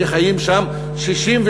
שחיים שם 63%,